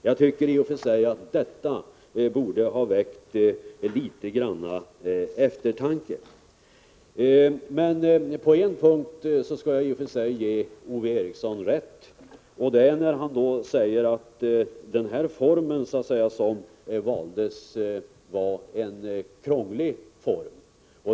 Jag tycker i och för sig att detta borde ha väckt någon liten eftertanke. Men på en punkt skall jag ge Ove Eriksson rätt. Det är när han säger att den form som valdes var en krånglig form.